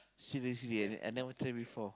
seriously I ne~ I never try before